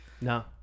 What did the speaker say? No